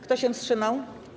Kto się wstrzymał?